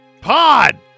pod